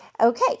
okay